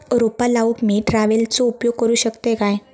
रोपा लाऊक मी ट्रावेलचो उपयोग करू शकतय काय?